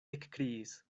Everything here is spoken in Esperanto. ekkriis